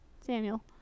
Samuel